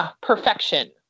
perfection